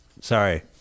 Sorry